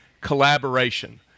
collaboration